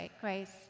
grace